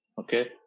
okay